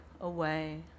away